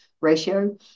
ratio